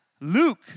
Luke